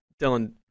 dylan